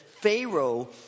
Pharaoh